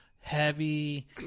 heavy